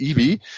EV